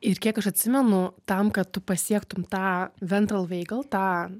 ir kiek aš atsimenu tam kad tu pasiektum tą ventral veigal tą